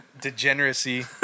degeneracy